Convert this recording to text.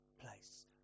place